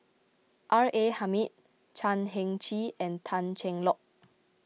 R A Hamid Chan Heng Chee and Tan Cheng Lock